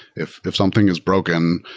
if if something is broken,